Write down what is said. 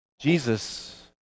Jesus